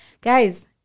Guys